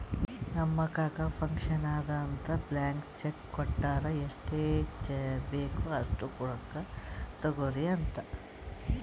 ನಮ್ ಕಾಕಾ ಫಂಕ್ಷನ್ ಅದಾ ಅಂತ್ ಬ್ಲ್ಯಾಂಕ್ ಚೆಕ್ ಕೊಟ್ಟಾರ್ ಎಷ್ಟ್ ಬೇಕ್ ಅಸ್ಟ್ ರೊಕ್ಕಾ ತೊಗೊರಿ ಅಂತ್